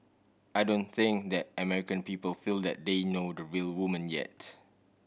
I don't think that American people feel that they know the real woman yet